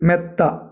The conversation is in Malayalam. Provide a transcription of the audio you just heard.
മെത്ത